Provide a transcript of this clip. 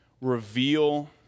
reveal